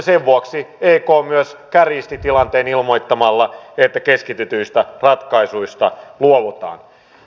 sen vuoksi ek myös kärjisti tilanteen ilmoittamalla että keskitetyistä ratkaisuista luovutaan